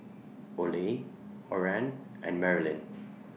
Oley Oran and Marilynn